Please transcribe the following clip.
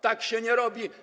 Tak się nie robi.